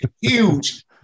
huge